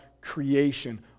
creation